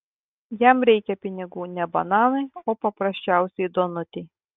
jam reikia pinigų ne bananui o paprasčiausiai duonutei